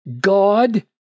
God